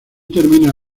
termina